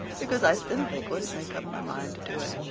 because i simply couldn't make up my mind to do it.